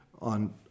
on